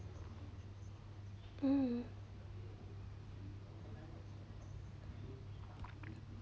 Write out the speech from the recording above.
mm